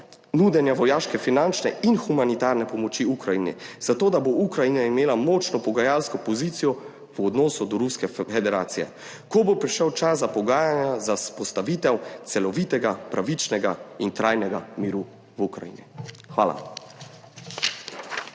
nudenja vojaške, finančne in humanitarne pomoči Ukrajini, zato da bo Ukrajina imela močno pogajalsko pozicijo v odnosu do Ruske federacije, ko bo prišel čas za pogajanja za vzpostavitev celovitega, pravičnega in trajnega miru v Ukrajini. Hvala.